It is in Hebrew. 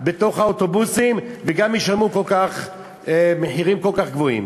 בתוך האוטובוסים וגם ישלמו מחירים כל כך גבוהים.